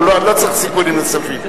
האם אני יכול לשאול אותם, לפי דעתך?